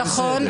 זה בסדר.